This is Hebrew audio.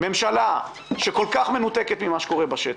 ממשלה שכל כך מנותקת ממה שקורה בשטח.